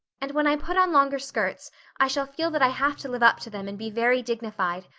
and when i put on longer skirts i shall feel that i have to live up to them and be very dignified.